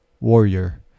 warrior